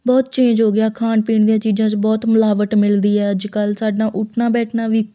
ਬਹੁਤ ਚੇਂਜ ਹੋ ਗਿਆ ਖਾਣ ਪੀਣ ਦੀਆਂ ਚੀਜ਼ਾਂ 'ਚ ਬਹੁਤ ਮਿਲਾਵਟ ਮਿਲਦੀ ਹੈ ਅੱਜ ਕੱਲ੍ਹ ਸਾਡਾ ਉੱਠਣਾ ਬੈਠਣਾ ਵੀ